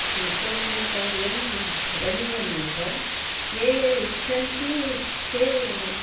संशोधनकार्यं भवनीयमेव ये ये इच्छन्ति ते